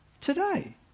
today